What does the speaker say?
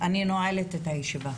אני נועלת את הישיבה.